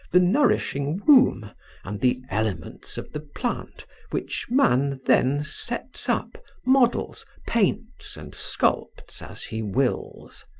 the nourishing womb and the elements of the plant which man then sets up, models, paints, and sculpts as he wills.